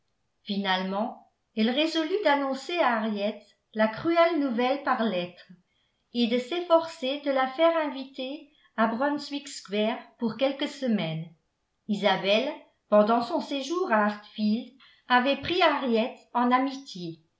finalement elle résolut d'annoncer à henriette la cruelle nouvelle par lettre et de s'efforcer de la faire inviter à brunswick square pour quelques semaines isabelle pendant son séjour à hartfield avait pris henriette en amitié